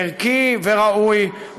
ערכי וראוי.